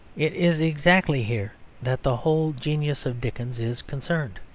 it is exactly here that the whole genius of dickens is concerned.